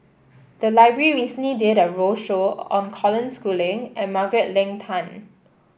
the library recently did a roadshow on Colin Schooling and Margaret Leng Tan